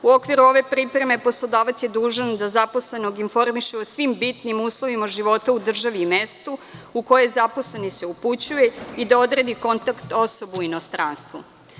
U okviru ove pripreme poslodavac je dužan da zaposlenog informiše o svim bitnim uslovima života u državi i mestu u koje se zaposleni upućuje i da odredi kontakt osobu u inostranstvu.